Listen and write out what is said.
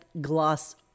gloss